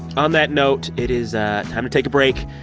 on that note, it is ah time to take a break.